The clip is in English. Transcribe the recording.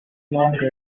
longer